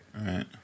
Right